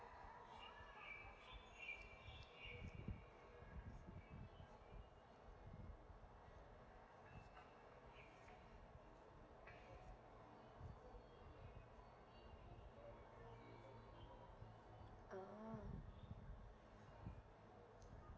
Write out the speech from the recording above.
oh